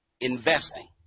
investing